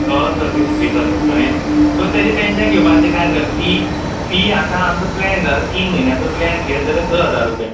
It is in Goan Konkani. तो सगळें शिकयतलो कळ्ळें सो ताचें टॅन्शेन घेवपाची कांय गरज ना फी फी आतां आमचो प्लेन आसा तीन म्हयन्यांचो प्लेन घेयत जाल्यार स हजार रुपया